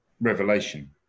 revelation